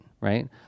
right